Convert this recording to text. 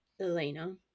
Elena